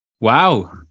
Wow